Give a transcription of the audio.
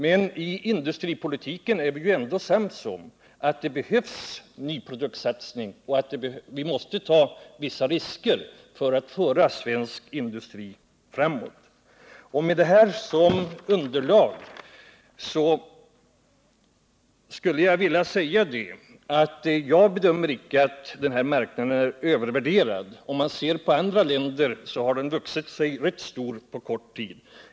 Men i industripolitiken är vi ändå sams om att det behövs satsning på nya produkter och att vi måste ta vissa risker för att föra svensk industri framåt. Med det här som underlag bedömer jag det inte så att den här marknaden är övervärderad. Om man ser på andra länder finner man att den vuxit sig rätt stor på kort tid.